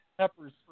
peppers